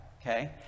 okay